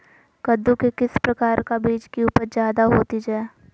कददु के किस प्रकार का बीज की उपज जायदा होती जय?